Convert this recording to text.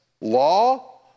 law